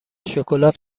شکلات